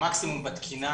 במקסימום בתקינה